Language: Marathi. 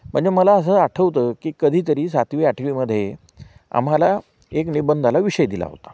म्हणजे मला असं आठवतं की कधीतरी सातवी आठवीमध्ये आम्हाला एक निबंधाला विषय दिला होता